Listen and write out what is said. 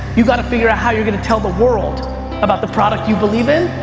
you gotta figure out how you're gonna tell the world about the product you believe in.